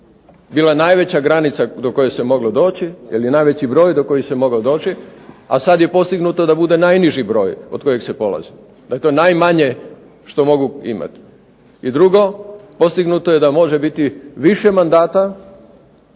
bila najveća granica do koje se moglo doći, ili najveći broj do kojeg se moglo doći, a sad je postignuto da bude najniži broj od kojeg se polazi. Dakle najmanje što mogu imati. I drugo, postignuto je da može biti više mandata,